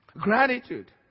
Gratitude